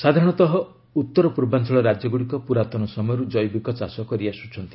ସାଧାରଣତଃ ଉତ୍ତର ପୂର୍ବାଞ୍ଚଳ ରାଜ୍ୟଗୁଡ଼ିକ ପୂରାତନ ସମୟରୁ ଜୈବିକ ଚାଷ କରିଆସୁଛନ୍ତି